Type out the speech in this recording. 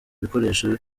ibikoresho